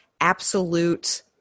absolute